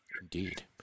Indeed